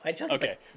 Okay